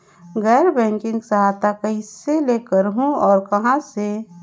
गैर बैंकिंग सहायता कइसे ले सकहुं और कहाँ से?